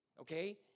okay